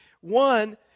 one